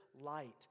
light